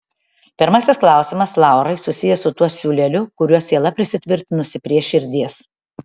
pirmasis klausimas laurai susijęs su tuo siūleliu kuriuo siela prisitvirtinusi prie širdies